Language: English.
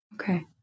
Okay